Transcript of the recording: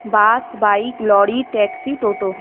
bus bike lorry taxi toto